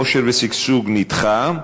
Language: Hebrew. אושר ושגשוג, נדחה.